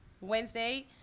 Wednesday